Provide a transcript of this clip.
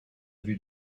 vue